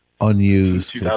unused